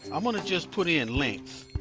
and i'm gonna just put in length.